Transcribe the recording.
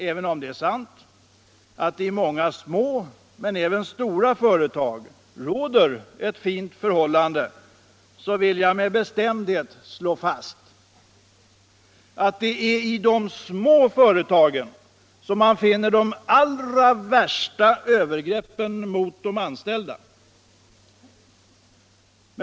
Även om det är sant att det i många små men även stora företag råder ett fint förhållande, så vill jag med största bestämdhet slå fast att det är i de små företagen som man finner de allra värsta övergreppen mot de anställda.